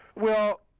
well